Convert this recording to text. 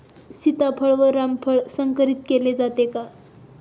सीताफळ व रामफळ संकरित केले जाते का?